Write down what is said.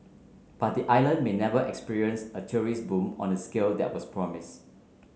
but the island may never experience a tourism boom on the scale that was promised